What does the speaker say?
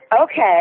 okay